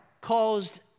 caused